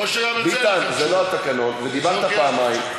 ביטן, זה לא התקנון, ודיברת פעמיים.